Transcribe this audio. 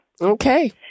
Okay